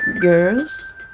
Girls